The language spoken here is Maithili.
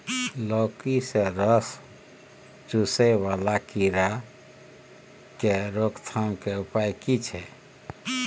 लौकी के रस चुसय वाला कीरा की रोकथाम के उपाय की छै?